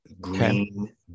green